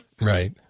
Right